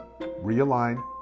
realign